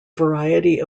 variety